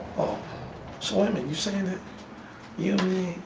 oh so i mean you say that you